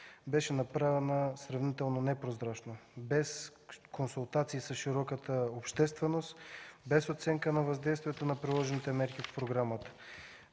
беше направена сравнително непрозрачна, без консултации с широката общественост, без оценка на въздействието на приложените мерки в програмата.